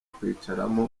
kwicaramo